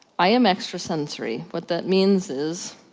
i am extrasensory. what that means is,